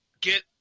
get